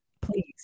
Please